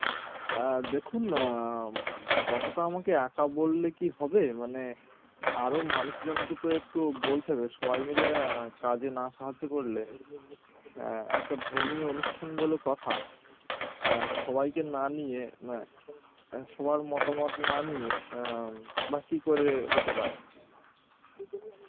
হ্যাঁ দেখুন কথাটা আমাকে একা বললে কি হবে মানে আরও মানুষজনকে তো একটু বলতে হবে সবাই মিলে কাজে না সাহায্য করলে একটা ধর্মীয় অনুষ্ঠান বলে কথা সবাইকে না নিয়ে সবার মতামত না নিয়ে বা কী করে হতে পারে